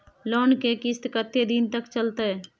Loan के किस्त कत्ते दिन तक चलते?